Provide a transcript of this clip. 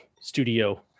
studio